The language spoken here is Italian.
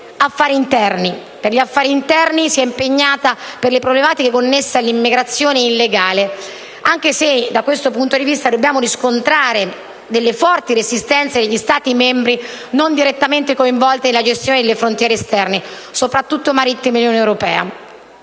affari interni, l'Italia si è impegnata per le problematiche connesse all'immigrazione illegale, anche se, da questo punto di vista, dobbiamo riscontrare forti resistenze da parte degli Stati membri non direttamente coinvolti nella gestione delle frontiere esterne, soprattutto di quelle marittime dell'Unione europea.